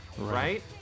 right